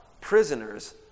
prisoners